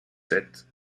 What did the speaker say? sept